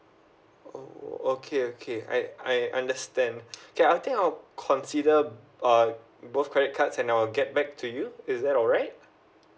oh okay okay I I understand okay I think I'll consider uh both credit cards and I'll get back to you is that alright